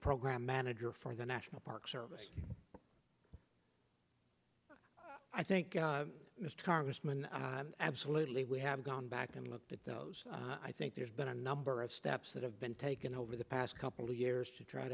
program manager for the national park service i think mr congressman absolutely we have gone back and looked at those i think there's been a number of steps that have been taken over the past couple of years to try